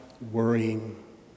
worrying